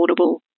affordable